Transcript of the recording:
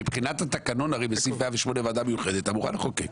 הרי מבחינת התקנון בסעיף 108 8 ועדה מיוחדת אמורה לחוקק?